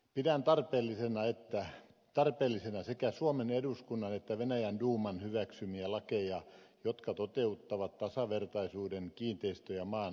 pidän tarpeellisena sekä suomen eduskunnan että venäjän duuman hyväksymiä lakeja jotka toteuttavat tasavertaisuuden kiinteistön ja maanostossa